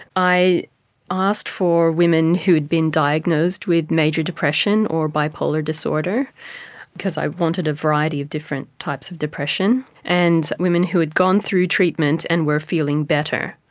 i asked for women who'd been diagnosed with major depression or bipolar disorder because i wanted a variety of different types of depression, and women who had gone through treatment and were feeling better.